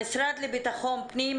המשרד לביטחון פנים,